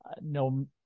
no